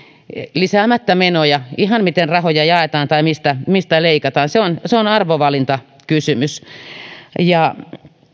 lisäämättä menoja ihan miten rahoja jaetaan tai mistä mistä leikataan se on se on arvovalintakysymys